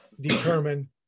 determine